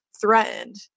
threatened